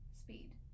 speed